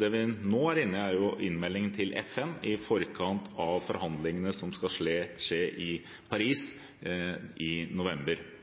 Det vi nå er inne i, er en innmelding til FN i forkant av forhandlingene som skal være i Paris i november.